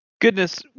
Goodness